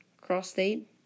Cross-state